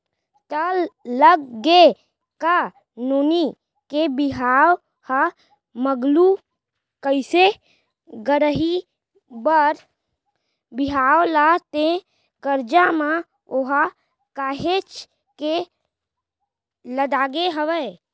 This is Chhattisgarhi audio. त लग गे का नोनी के बिहाव ह मगलू कइसे करही बर बिहाव ला ते करजा म ओहा काहेच के लदागे हवय